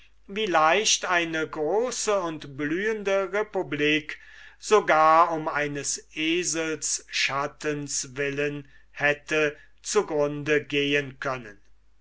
wie leicht eine große und blühende republik sogar um eines esels schatten willen hätte zu grunde gehen können